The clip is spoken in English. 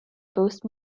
boost